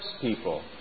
people